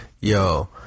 Yo